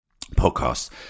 podcasts